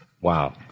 Wow